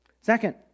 Second